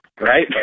right